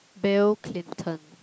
Bill-Clinton